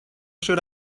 should